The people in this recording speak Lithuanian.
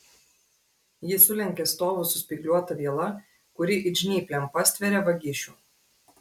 ji sulenkia stovus su spygliuota viela kuri it žnyplėm pastveria vagišių